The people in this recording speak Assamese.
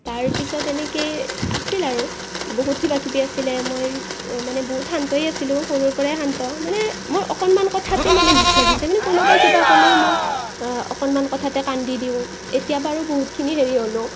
তাৰ পিছত এনেকৈ আছিল আৰু বহুত কিবা কিবি আছিলে মই মানে বহুত শান্তই আছিলো সৰুৰ পৰাই শান্ত মানে মোৰ অকণমান কথাতে মানে দুখ লাগি যায় মানে কোনোবাই কিবা ক'লেই মোৰ অকণমান কথাতেই কান্দি দিওঁ এতিয়া বাৰু বহুতখিনি হেৰি হ'লোঁ